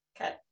okay